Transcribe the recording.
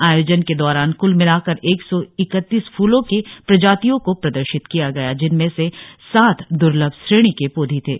आयोजन के दौरान क्ल मिलाकर एक सौ इक्तीस फूलो के प्रजातियों को प्रदर्शित किया गया जिनमे से सात द्र्लभ श्रेणी के पौधे थे